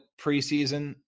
preseason